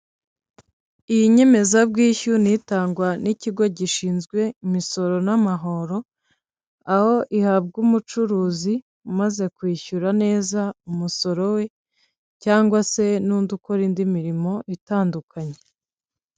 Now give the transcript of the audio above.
Iyi nyemezabwishyu ni itangwa n'ikigo gishinzwe imisoro n'amahoro, aho ihabwa umucuruzi umaze kwishyura neza umusoro we cyangwa se n'undi ukora indi mirimo itandukanye.